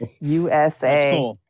usa